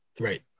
Right